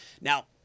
Now